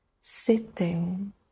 sitting